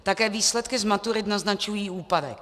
Také výsledky z maturit naznačují úpadek.